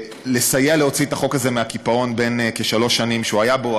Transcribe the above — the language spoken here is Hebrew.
לסייע להוציא את החוק הזה מהקיפאון בן כשלוש שנים שהוא היה בו.